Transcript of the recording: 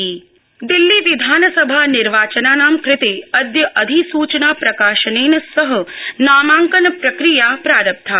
दिल्ली निर्वाचन दिल्ली विधानसभनिर्वाचनानां कृते अद्य अधिसूचना प्रकाशनेन सह नामांकन प्रक्रिया प्रारब्धा